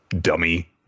dummy